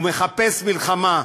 הוא מחפש מלחמה,